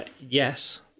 Yes